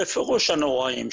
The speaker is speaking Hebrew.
בפירוש הנוראיים,